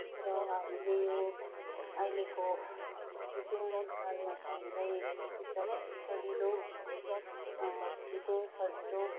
र हामीले यो अहिलेको जीवनकालमा चाहिँ हामीलाई एकदमै सजिलो छिटो सजिलो